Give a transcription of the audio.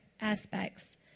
aspects